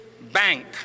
bank